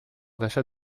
d’achat